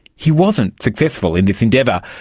he wasn't successful in this endeavour,